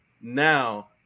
now